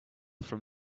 from